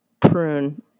Prune